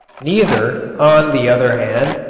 neither, on the other hand,